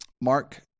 Mark